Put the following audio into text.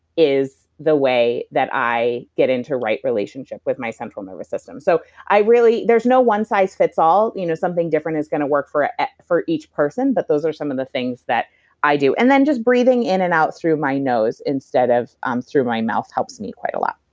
is the way that i get into right relationship with my central nervous system. so i really. there's no one-size-fits-all, you know something different is going to work for for each person but those are some of the things that i do. and then just breathing in and out through my nose instead of um through my mouth helps me quite a lot